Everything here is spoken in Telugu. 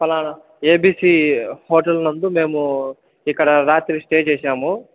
ఫలానా ఏబిసి హోటల్ నందు మేము ఇక్కడ రాత్రి స్టే చేసాము